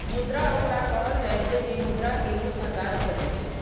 मुद्रा ओकरा कहल जाइ छै, जे मुद्रा के रूप मे काज करै छै